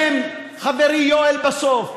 חברי יואל, בסוף.